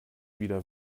wieder